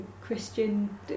christian